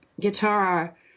guitar